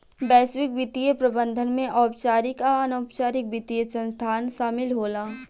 वैश्विक वित्तीय प्रबंधन में औपचारिक आ अनौपचारिक वित्तीय संस्थान शामिल होला